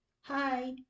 hi